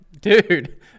Dude